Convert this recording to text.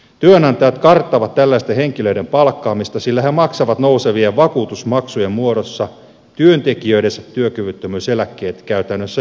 työnantajat karttavat tällaisten henkilöiden palkkaamista sillä he maksavat nousevien vakuutusmaksujen muodossa työntekijöidensä työkyvyttömyyseläkkeet käytännössä itse